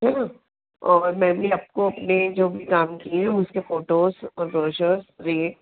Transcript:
है ना और मैंने आपको अपने जो भी काम किये हैं उसके फोटोस और ब्रोशर भी